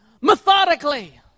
methodically